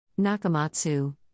Nakamatsu